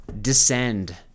descend